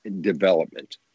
development